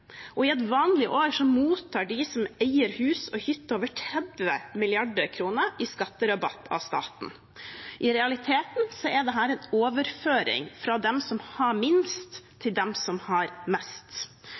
I et vanlig år mottar de som eier hus og hytter, over 30 mrd. kr i skatterabatt av staten. I realiteten er det en overføring fra dem som har minst,